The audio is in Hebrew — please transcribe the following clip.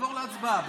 תעבור להצבעה.